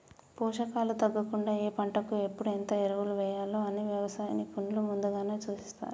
పోషకాలు తగ్గకుండా ఏ పంటకు ఎప్పుడు ఎంత ఎరువులు వేయాలి అని వ్యవసాయ నిపుణులు ముందుగానే సూచిస్తారు